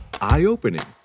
Eye-opening